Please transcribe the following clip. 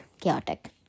chaotic